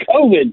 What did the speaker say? COVID